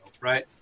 right